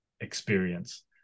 experience